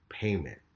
payment